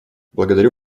благодарю